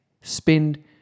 Spend